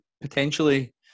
potentially